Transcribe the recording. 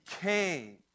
came